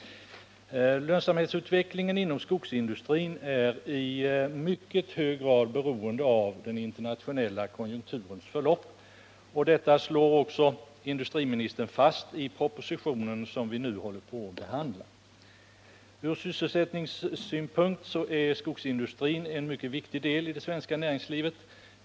Lönsamhetsutvecklingen inom skogsindustrin är i mycket hög grad beroende av den internationella konjunkturens förlopp, och detta slår också industriministern fast i den proposition vi nu behandlar. Från sysselsättningssynpunkt är skogsindustrin en mycket viktig del av det svenska näringslivet.